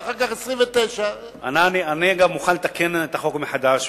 ואחר כך 29. אני גם מוכן לתקן את החוק מחדש,